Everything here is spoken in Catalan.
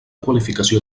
qualificació